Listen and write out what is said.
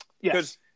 Yes